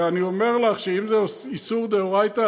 ואני אומר לך שאם זה איסור דאורייתא,